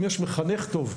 אם יש מחנך טוב,